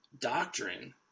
doctrine